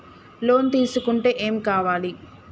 Loan తీసుకుంటే ఏం కావాలి?